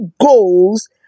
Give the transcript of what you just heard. goals